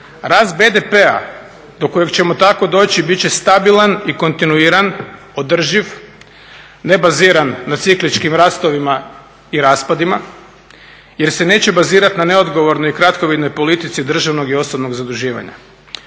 Rast BDP-a do kojeg ćemo tako doći bit će stabilan i kontinuiran, održiv, ne baziran na cikličkim rastovima i raspadima jer se neće bazirati na neodgovornoj i kratkovidnoj politici državnog i osobnog zaduživanja.